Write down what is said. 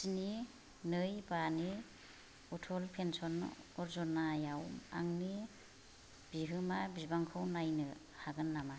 स्नि नै बा नि अटल पेन्सन यजनायाव आंनि बिहोमा बिबांखौ नायनो हागोन नामा